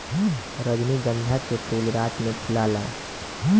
रजनीगंधा के फूल रात में फुलाला